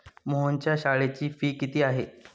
मोहनच्या शाळेची फी किती आहे?